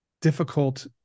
difficult